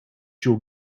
your